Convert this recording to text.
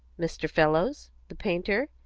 mr. fellows, the painter,